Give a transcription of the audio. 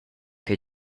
che